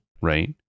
right